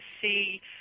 see